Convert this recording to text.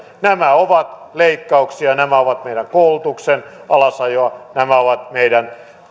nämä ovat leikkauksia nämä ovat meidän koulutuksen alasajoa nämä ovat meidän